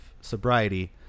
sobriety